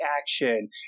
action